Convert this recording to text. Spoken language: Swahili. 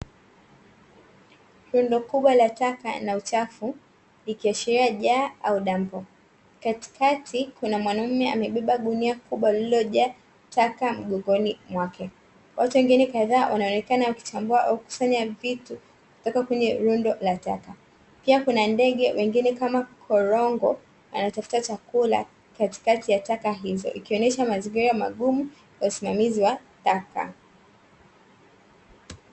Rundo kubwa la taka na uchafu likiashiria jalala au dampo katikati kuna mwanaume akiwa amebeba gunia kubwa lililojaa taka mgongoni mwake. Watu wengine kadhaa wanaonekana wakichambua au kukusanya vitu kutoka kwenye rundo la taka. Pia kuna ndege wengine kama korongo, anatafuta chakula katikati ya taka hizo ikionesha mazingira magumu ya usimamizi wa taka.